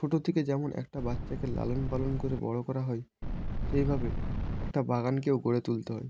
ছোট থেকে যেমন একটা বাচ্চাকে লালন পালন করে বড় করা হয় সেইভাবে একটা বাগানকেও গড়ে তুলতে হয়